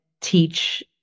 teach